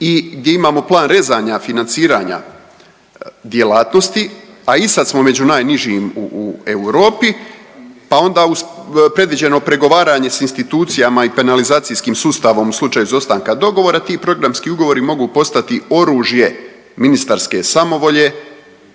i gdje imamo plan rezanja financiranja djelatnosti, a i sad smo među najnižim u Europi, pa onda uz predviđeno pregovaranje sa institucijama i penalizacijskim sustavom u slučaju izostanka dogovora ti programski ugovori mogu postati oružje ministarske samovolje